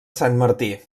santmartí